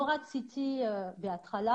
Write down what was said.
בהתחלה